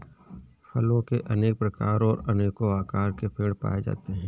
फलों के अनेक प्रकार और अनेको आकार के पेड़ पाए जाते है